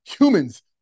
Humans